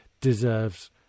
deserves